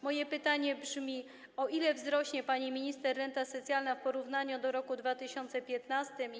Moje pytanie brzmi: O ile wzrośnie, pani minister, renta socjalna w porównaniu do roku 2015?